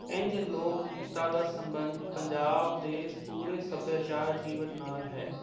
ਇੰਝ ਲੋਕ ਗੀਤਾ ਦਾ ਸੰਬੰਧ ਪੰਜਾਬ ਦੇ ਪੂਰੇ ਸੱਭਿਆਚਾਰ ਜੀਵਨ ਨਾਲ ਹੈ